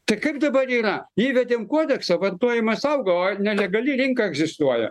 tai kaip dabar yra įvedėm kodeksą vartojimas auga o nelegali rinka egzistuoja